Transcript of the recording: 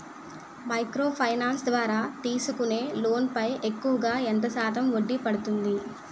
Micro finance ద్వారా తీసుకునే loan పై ఎక్కువుగా ఎంత శాతం వడ్డీ పడుతుంది?